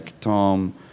Tom